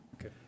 Okay